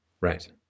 Right